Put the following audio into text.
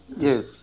Yes